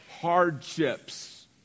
hardships